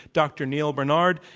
dr. neal barnard.